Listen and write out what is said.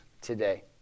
today